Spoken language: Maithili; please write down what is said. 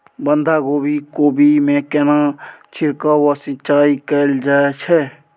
बंधागोभी कोबी मे केना छिरकाव व सिंचाई कैल जाय छै?